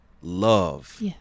love